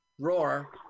Roar